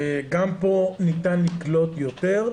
גם פה ניתן לקלוט יותר,